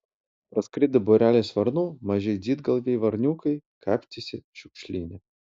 praskrido būrelis varnų maži didgalviai varniukai kapstėsi šiukšlyne